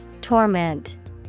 Torment